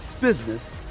business